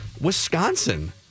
Wisconsin